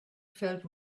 felt